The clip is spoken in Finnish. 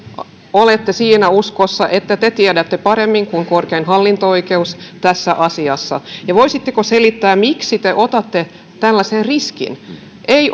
olette siinä uskossa että te tiedätte paremmin kuin korkein hallinto oikeus tässä asiassa ja voisitteko selittää miksi te otatte tällaisen riskin nyt ei